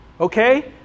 okay